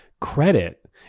credit